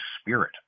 spirit